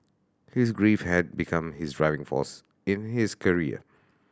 his grief had become his driving force in his career